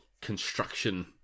construction